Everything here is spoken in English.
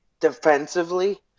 defensively